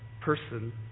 person